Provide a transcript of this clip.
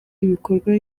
ibikorwa